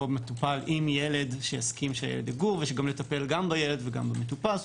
מטופל עם ילד שיסכים שהילד יגור ולטפל גם בילד וגם במטופל.